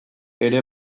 ere